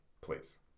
please